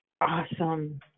Awesome